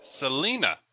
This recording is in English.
Selena